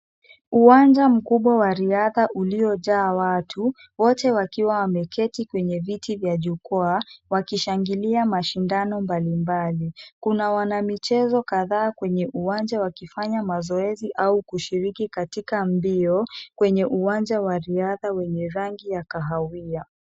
Uwanja mkubwa wa riadha uliojaa watu, wote wakiwa wameketi kwenye viti vya jukwaa, wakishangilia mashindano mbali mbali. Kuna wanamichezo kadhaa kwenye uwanja wakifanya mazoezi au kushiriki katika mbio, kwenye uwanja wa riadha wenye rangi ya kahawia.